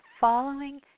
following